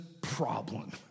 problem